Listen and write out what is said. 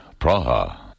Praha